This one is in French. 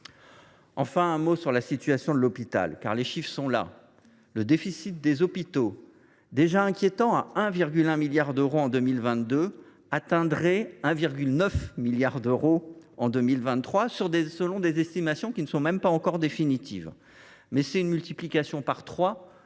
enfin, sur la situation de l’hôpital. Les chiffres sont là : le déficit des hôpitaux, déjà inquiétant à 1,1 milliard d’euros en 2022, atteindrait 1,9 milliard d’euros en 2023, selon des estimations qui ne sont même pas encore définitives. C’est une multiplication par